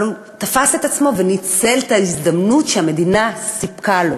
אבל הוא תפס את עצמו וניצל את ההזדמנות שהמדינה סיפקה לו,